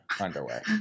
underwear